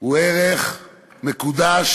הוא ערך מקודש